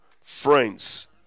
friends